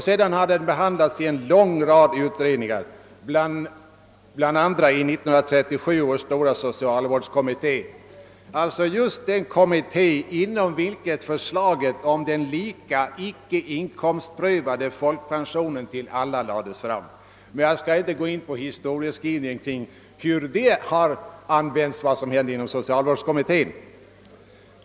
Sedan har den behandlats i en lång rad utredningar, bl.a. i 1937 års stora socialvårdskommitté — alltså just den kommitté inom vilken förslaget om den lika, icke inkomstprövade folkpensionen för alla lades fram. Jag skall emellertid inte gå in på historieskrivningen om vad som hände inom 1937 års socialvårdskommitté.